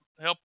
Help